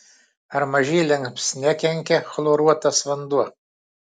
ar mažyliams nekenkia chloruotas vanduo